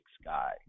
sky